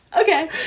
okay